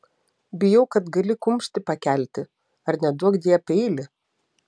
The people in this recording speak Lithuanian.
bijau kad gali kumštį pakelti ar neduokdie peilį